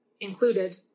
included